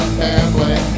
family